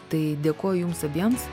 tai dėkoju jums abiems